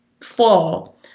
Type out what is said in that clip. fall